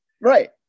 right